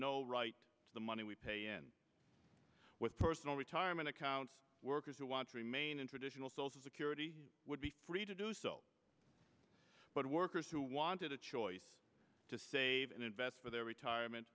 no right to the money we pay in with personal retirement accounts workers who want to remain in traditional social security would be free to do so but workers who wanted a choice to save and invest for their retirement